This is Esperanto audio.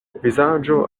vizaĝo